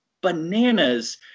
bananas